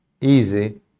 easy